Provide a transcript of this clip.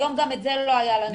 היום גם את זה לא היה לנו.